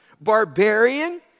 Barbarian